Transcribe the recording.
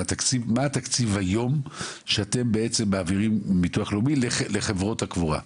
מה התקציב היום שביטוח לאומי מעביר לחברות הקבורה.